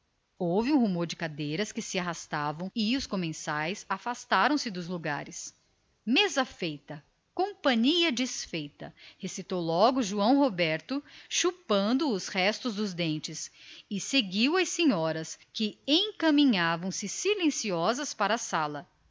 houve um rumor de cadeiras que se arrastam os comensais afastaram-se dos seus lugares mesa feita companhia desfeita gritou logo josé roberto chupando os restos dos dentes e tratou de seguir as senhoras que se encaminhavam silenciosas para a sala